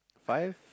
five